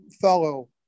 follow